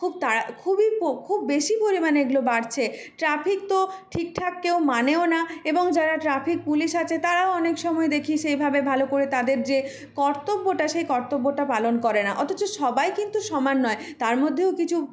খুবই তাড়া খুবই খুব বেশি পরিমাণে এগুলো বাড়ছে ট্রাফিক তো ঠিকঠাক কেউ মানেও না এবং যারা ট্রাফিক পুলিশ আছে তারাও অনেক সময় দেখি সেভাবে ভালো করে তাদের যে কর্তব্যটা সেই কর্তব্যটা পালন করে না অথচ সবাই কিন্তু সমান নয় তার মধ্যেও কিছু